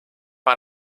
par